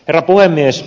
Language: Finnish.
herra puhemies